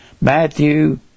Matthew